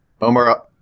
Omar